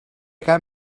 cap